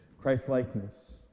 Christ-likeness